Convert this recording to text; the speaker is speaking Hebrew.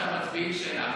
נתקבלה.